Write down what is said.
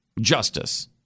justice